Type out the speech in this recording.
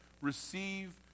Receive